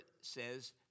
says